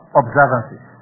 observances